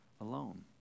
alone